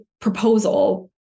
proposal